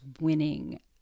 winning